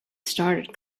started